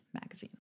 magazine